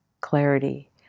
clarity